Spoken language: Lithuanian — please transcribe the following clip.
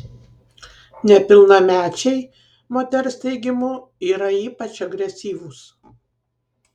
nepilnamečiai moters teigimu yra ypač agresyvūs